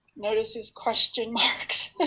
notice these question marks